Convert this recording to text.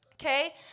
Okay